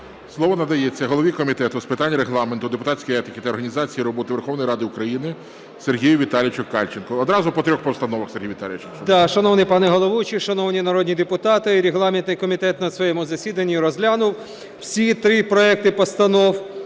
Слово надається голові Комітету з питань Регламенту, депутатської етики та організації роботи Верховної Ради України Сергію Віталійовичу Кальченку. Одразу по трьох постановах, Сергій Віталійович. 15:14:43 КАЛЬЧЕНКО С.В. Шановний пане головуючий, шановні народні депутати! Регламентний комітет на своєму засіданні розглянув всі три проекти Постанов